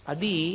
Adi